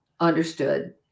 understood